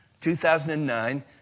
2009